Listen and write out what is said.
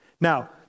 Now